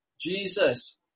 Jesus